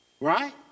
right